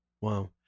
wow